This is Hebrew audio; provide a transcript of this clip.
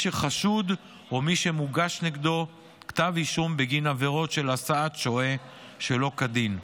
שחשוד או מי שמוגש נגדו כתב אישום בגין עבירות של הסעת שוהה שלא כדין.